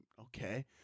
okay